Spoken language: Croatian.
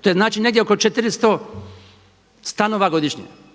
To je negdje oko 400 stanova godišnje.